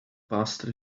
pastry